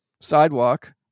sidewalk